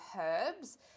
herbs